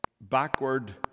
backward